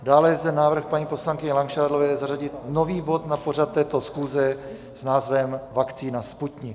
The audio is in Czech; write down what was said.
Dále je zde návrh paní poslankyně Langšádlové zařadit nový bod na pořad této schůze s názvem Vakcína Sputnik.